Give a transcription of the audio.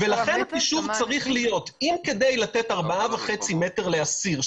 -- לכן החישוב צריך להיות אם כדי לתת 4.5 מטר לאסיר,